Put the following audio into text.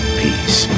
peace